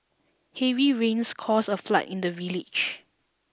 heavy rains caused a flood in the village